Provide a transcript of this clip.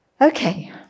Okay